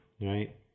Right